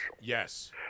yes